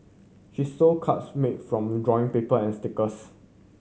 she sold cards made from drawing paper and stickers